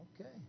okay